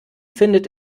findet